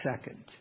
second